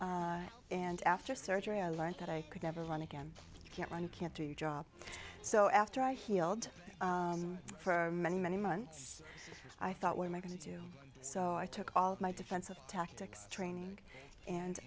job and after surgery i learnt that i could never run again can't run can't do your job so after i healed for many many months i thought what am i going to do so i took all my defensive tactics training and